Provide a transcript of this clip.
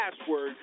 password